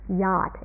yacht